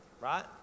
right